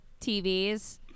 TVs